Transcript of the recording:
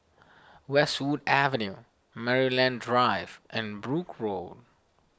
Westwood Avenue Maryland Drive and Brooke Road